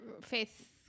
faith